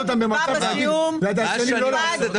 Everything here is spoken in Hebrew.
נטבע בזיהום --- ביקשנו, לא